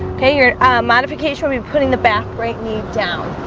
okay, you're a modification. we'll be putting the back right knee down